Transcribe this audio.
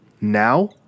Now